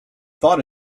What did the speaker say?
thought